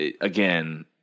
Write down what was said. again